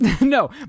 no